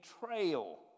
betrayal